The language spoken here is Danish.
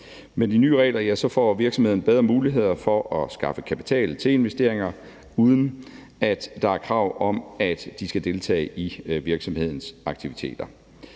Med de nye regler får virksomheden bedre muligheder for at skaffe kapital til investeringer, uden at der er krav om, at de skal deltage i virksomhedens aktiviteter.